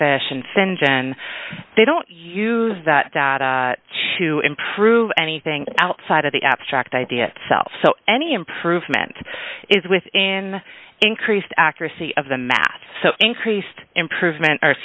fashion fin gen they don't use that data to improve anything outside of the abstract idea itself so any improvement is within increased accuracy of the math so increased improvement or